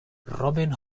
robin